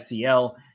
SEL